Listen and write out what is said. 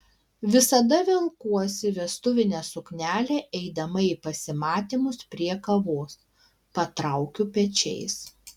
visada velkuosi vestuvinę suknelę eidama į pasimatymus prie kavos patraukiu pečiais